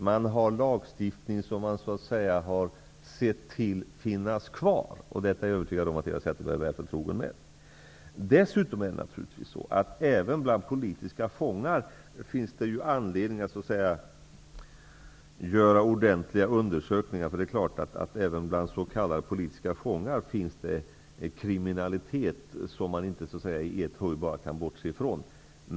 Man har en lagstiftning som, så att säga, har sett till att de finns kvar. Detta är jag övertygad om att Eva Zetterberg är förtrogen med. Dessutom är det naturligtvis så, att det även bland politiska fångar finns anledning att göra ordentliga undersökningar, därför att det är klart att det även bland politiska fångar finns kriminalitet som man inte bara i ett huj kan bortse från.